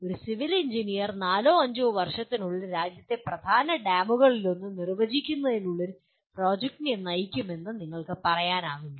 ഒരു civil engineer നാലോ അഞ്ചോ വർഷത്തിനുള്ളിൽ രാജ്യത്തെ പ്രധാന ഡാമുകളിലൊന്ന് നിർവചിക്കാനുള്ള ഒരു പ്രോജക്ടിനെ നയിക്കുമെന്ന് നിങ്ങൾക്ക് പറയാനാവില്ല